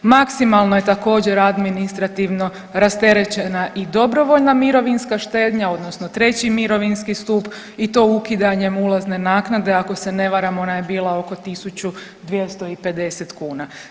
Maksimalno je također, administrativno rasterećena i dobrovoljna mirovinska štednja odnosno 3. mirovinski stup i to ukidanjem ulazne naknade, ako se ne varam, ona je bila oko 1250 kuna.